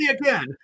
again